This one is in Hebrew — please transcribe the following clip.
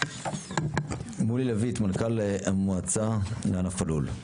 מולי לויט, מנכ"ל המועצה לענף הלול.